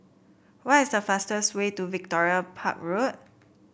what is the fastest way to Victoria Park Road